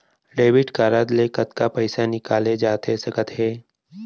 Debit card ले कतका पइसा निकाले जाथे सकत हे?